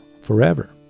forever